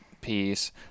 piece